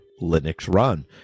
Linux-run